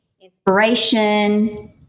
inspiration